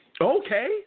Okay